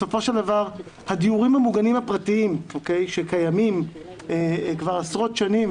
בסופו של דבר הדיורים המוגנים הפרטיים שקיימים כבר עשרות שנים,